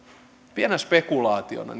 pienenä spekulaationa